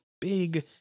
big